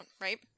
right